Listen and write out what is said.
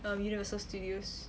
the universal studios